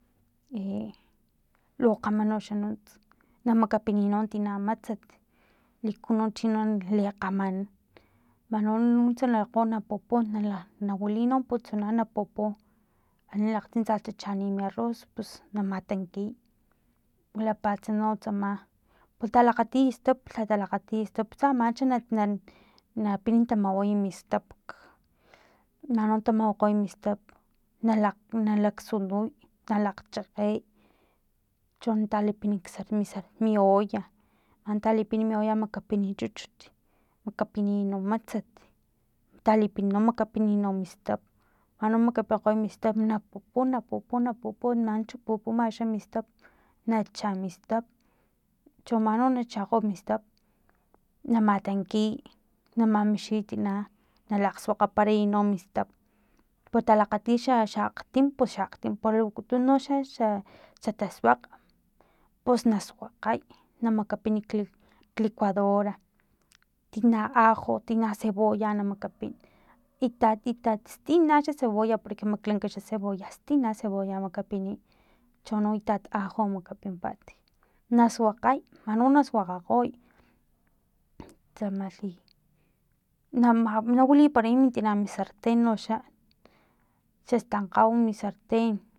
E lokgama noxa nunts na makapiniy no tina matsat liku no chino nali kgaman manuts no na pupu nala nawiliy puntsuna na pupu akxni na laktsin tsatsa chani mi arroz pus na matankiy wilapatsa no tsama para talakgatiy stap lha talakgatiy stap tsaman xa na na napin tamaway mistap mani no natamawakgaoy mis stap na laksunuy nalakgchakgey cho natalipin mik misar mi olla mantalipin mi olla namakapin chuchut makapiniy no matsat natalipin na makapin no mis stap mana na makapinkgoy mistap na pupu na pupu na pupu manchu pupuma xa mistap nacha mistap chono manina chakgo mistap na matankiy na mamixiy tina nalaksuakgaparay no mistap patalakgatiy xa akgtim xa akgtim palu wakutun xa tasuakg pus nasuakgay namakapin klicuadora tina ajo tina cebolla namakapin itat itat stina xa cebolla porque maklanka xa cebolla tsina cebolla makapiniy chono itat ajo makapimpat nasuakgay nani no na suakgakgoy tsamalhi nama nawiliparay tina mi sarten noxa xstankgau mi sarten